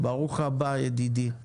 ברוך הבא, ידידי.